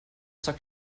sagt